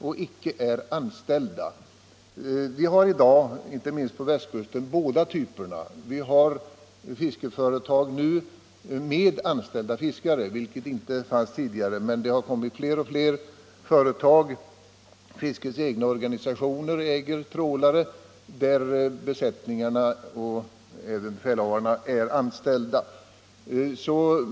På västkusten har vi i dag båda typerna. Man har där fiskeföretag med anställda fiskare — det fanns inte tidigare — och det bildas fler och fler sådana företag. Fiskets egna organisationer äger trålaren där besättning och befälhavare är anställda.